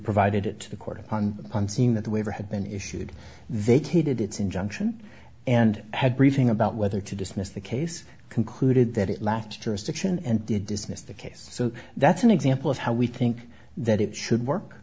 provided it to the court upon upon seeing that the waiver had been issued they did its injunction and had briefing about whether to dismiss the case concluded that it left jurisdiction and did dismiss the case so that's an example of how we think that it should work